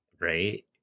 Right